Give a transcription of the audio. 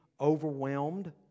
overwhelmed